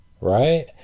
right